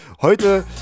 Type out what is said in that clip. Heute